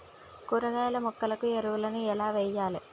కూరగాయ మొక్కలకు ఎరువులను ఎలా వెయ్యాలే?